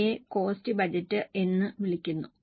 അവയെ cost budget എന്ന് വിളിക്കുന്നു